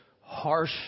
harsh